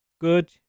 good